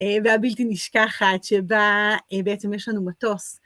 והבלתי נשכחת שבה בעצם יש לנו מטוס.